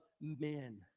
men